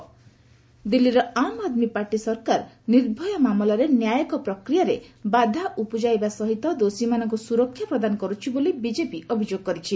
BJP AAP ଦିଲ୍ଲୀର Aam Aadmi party ସରକାର ନିର୍ଭୟା ମାମଲାରେ ନ୍ୟାୟିକ ପ୍ରକ୍ରିୟାରେ ବାଧା ଉପୁଜାଇବା ସହିତ ଦୋଷୀମାନଙ୍କୁ ସୁରକ୍ଷା ପ୍ରଦାନ କରୁଛି ବୋଲି ବିଜେପି ଅଭିଯୋଗ କରିଛି